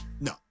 no